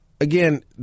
Again